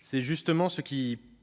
c'est justement ce qui